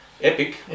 Epic